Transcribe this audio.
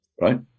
right